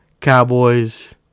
Cowboys